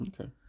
okay